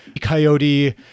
Coyote